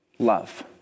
Love